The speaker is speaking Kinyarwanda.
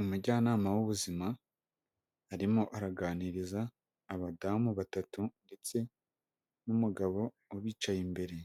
Umujyanama w'ubuzima arimo araganiriza abadamu batatu ndetse n'umugabo ubicaye imbere,